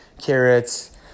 carrots